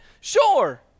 sure